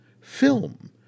film